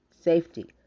safety